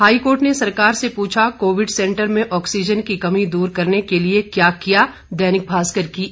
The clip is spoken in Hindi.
हाईकोर्ट ने सरकार से पूछा कोविड सेंटर में ऑक्सीजन की कमी दूर करने के लिए क्या किया दैनिक भास्कर की एक खबर है